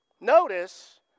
Notice